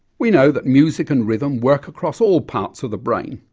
we know that music and rhythm work across all parts of the brain,